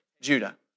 Judah